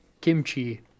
Kimchi